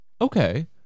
Okay